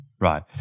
Right